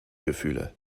gefühle